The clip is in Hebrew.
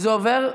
לאיזו ועדה?